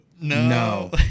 No